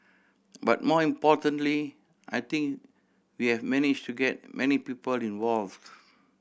but more importantly I think we have managed to get many people involved